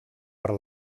per